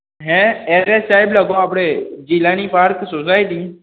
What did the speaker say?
હેં એડ્રેસ સાહેબ લખો આપણે જીલાની પાર્ક સોસયટી